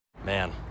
Man